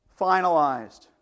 finalized